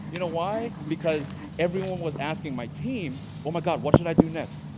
you know why? because everyone was asking my team, oh my god, what should i do next?